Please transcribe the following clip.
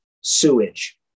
sewage